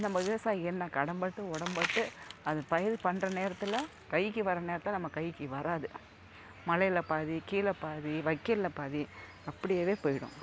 நம்ம விவசாயி என்ன கடன்பட்டு உடம்பட்டு அது பயிர் பண்ணுற நேரத்தில் கைக்கு வர்ற நேரத்தில் நம்ம கைக்கு வராது மழையில் பாதி கீழே பாதி வக்கோல்ல பாதி அப்படியவே போய்டும்